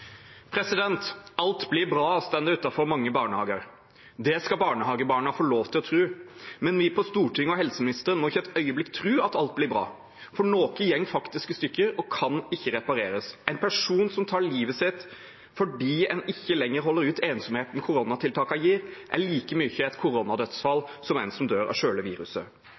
mange barnehager. Det skal barnehagebarna få lov til å tro. Men vi på Stortinget og helseministeren må ikke et øyeblikk tro at alt blir bra, for noe går faktisk i stykker og kan ikke repareres. En person som tar livet sitt fordi en ikke lenger holder ut ensomheten koronatiltakene gir, er like mye et koronadødsfall som en som dør av selve viruset.